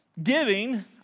Giving